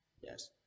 yes